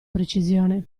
precisione